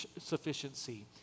sufficiency